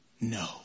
no